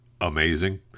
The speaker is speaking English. amazing